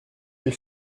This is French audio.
elle